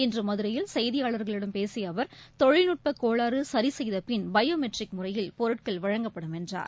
இன்றுமதுரையில் செய்தியாளர்களிடம் பேசியஅவர் தொழில்நுட்பக் கோளாறுசரிசெய்தபின் பயோமெட்ரிக் முறையில் பொருட்கள் வழங்கப்படும் என்றார்